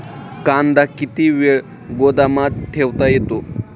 कांदा किती वेळ गोदामात ठेवता येतो?